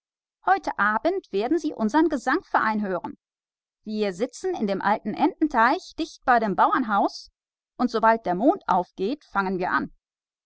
heut abend unsern gesangverein hören wir haben unsern sitz in dem alten entenpfuhl neben dem pächterhaus und sobald der mond aufgeht fangen wir an